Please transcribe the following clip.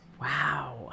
Wow